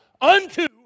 unto